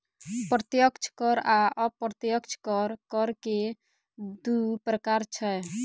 प्रत्यक्ष कर आ अप्रत्यक्ष कर, कर के दू प्रकार छै